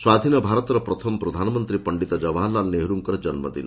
ସ୍ୱାଧୀନ ଭାରତର ପ୍ରଥମ ପ୍ରଧାନମନ୍ତୀ ପଣ୍ଣିତ ଜବାହରଲାଲ ନେହେରୁଙ୍କର ଜନ୍କଦିନ